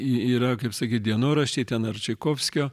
y yra kaip sakyt dienoraščiai ten ar čaikovskio